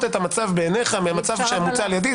את המצב בעיניך ממצב שמוצע על ידי,